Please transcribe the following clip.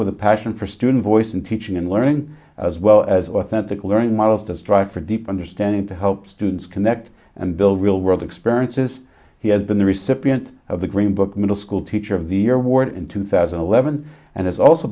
with a passion for student voice and teaching and learning as well as authentic learning models to strive for deeper understanding to help students connect and build real world experiences he has been the recipient of the green book middle school teacher of the year award in two thousand and eleven and has also